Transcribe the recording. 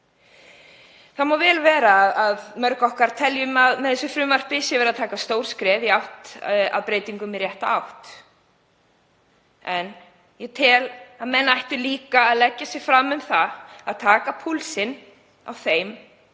Það má vel vera að mörg okkar teljum að með þessu frumvarpi sé verið að taka stór skref í átt að breytingum í rétta átt en ég tel að menn ættu líka að leggja sig fram um það að taka púlsinn á þeim